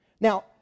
Now